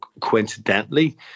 coincidentally